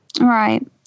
Right